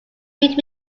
meet